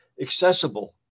accessible